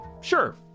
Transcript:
Sure